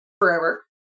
forever